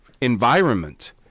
environment